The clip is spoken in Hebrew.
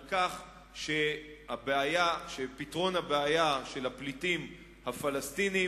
על כך שפתרון הבעיה של הפליטים הפלסטינים,